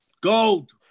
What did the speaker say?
gold